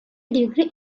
degree